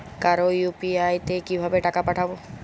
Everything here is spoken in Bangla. কারো ইউ.পি.আই তে কিভাবে টাকা পাঠাবো?